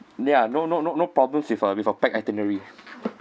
ya no no no no problems with a with a packed itinerary